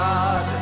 God